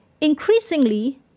Increasingly